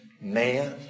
man